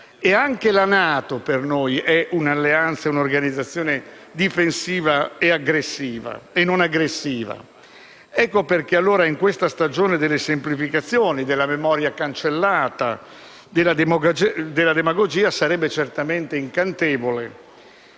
anche la NATO, per noi, è un'alleanza e una organizzazione difensiva e non aggressiva. Ecco perché, in questa stagione delle semplificazioni, della memoria cancellata e della demagogia, sarebbe certamente incantevole